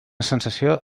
sensació